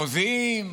מחוזיים,